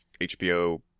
HBO